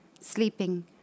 sleeping